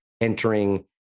entering